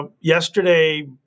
Yesterday